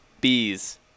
Bees